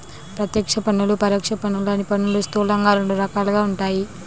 ప్రత్యక్ష పన్నులు, పరోక్ష పన్నులు అని పన్నులు స్థూలంగా రెండు రకాలుగా ఉంటాయి